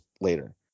later